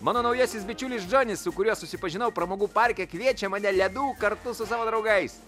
mano naujasis bičiulis džonis su kuriuo susipažinau pramogų parke kviečia mane ledų kartu su savo draugais